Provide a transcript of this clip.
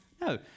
No